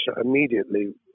immediately